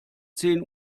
zehn